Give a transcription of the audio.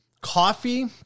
Coffee